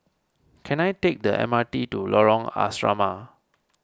can I take the M R T to Lorong Asrama